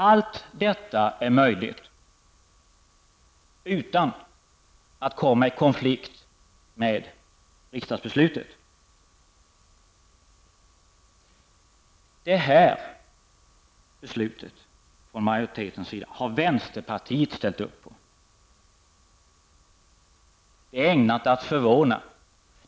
Allt detta är möjligt utan att man kommer i konflikt med riksdagsbeslutet. Detta beslut från majoriteten har vänsterpartiet ställt upp på, och det är ägnat att förvåna.